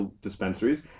dispensaries